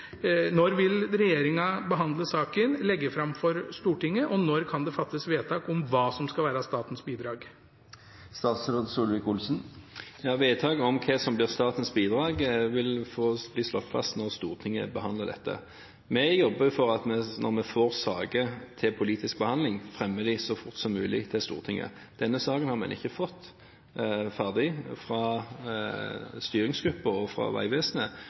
når vil regjeringen behandle saken og legge den fram for Stortinget, og når kan det fattes vedtak om hva som skal være statens bidrag? Vedtak om hva som blir statens bidrag, vil bli slått fast når Stortinget behandler dette. Vi jobber for at når vi får saker til politisk behandling, fremmer vi dem så fort som mulig for Stortinget. Denne saken har man ikke fått ferdig fra styringsgruppen og fra Vegvesenet.